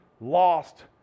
lost